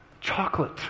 chocolate